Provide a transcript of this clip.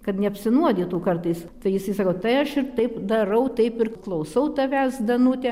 kad neapsinuodytų kartais tai jisai sako tai aš ir taip darau taip ir klausau tavęs danute